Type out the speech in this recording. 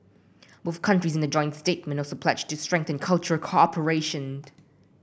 both countries in a joint statement also pledged to strengthen cultural cooperation